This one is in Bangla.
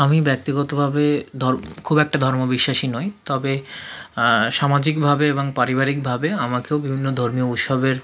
আমি ব্যক্তিগতভাবে ধরো খুব একটা ধর্মবিশ্বাসী নই তবে সামাজিকভাবে এবং পারিবারিকভাবে আমাকেও বিভিন্ন ধর্মীয় উৎসবের